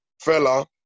fella